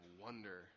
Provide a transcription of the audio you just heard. wonder